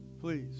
Please